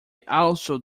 also